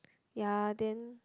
ya then